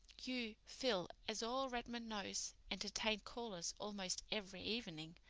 you, phil, as all redmond knows, entertain callers almost every evening.